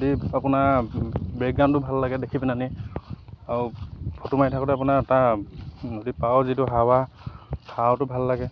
যদি আপোনাৰ বেকগ্ৰাউণ্ডটো ভাল লাগে দেখি পিনাহেনি আৰু ফটো মাৰি থাকোঁতে আপোনাৰ এটা যদি পাওঁ যিটো হাৱা হাৱাটো ভাল লাগে